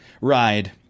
ride